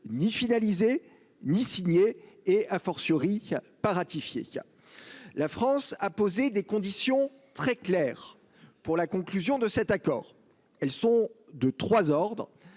ni fidéliser ni signé et a fortiori pas ratifié. La France a posé des conditions très claires pour la conclusion de cet accord. Elles sont de 3 ordres.